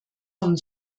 von